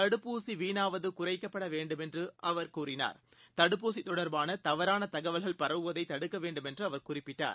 தடுப்பூசி வீணாவது குறைக்கப்பட வேண்டும் என்று கூறிய அவர் தடுப்பூசி தொடர்பான தவறான தகவல்கள் பரவுவதை தடுக்க வேண்டும் என்று குறிப்பிட்டார்